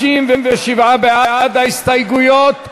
57 בעד ההסתייגויות.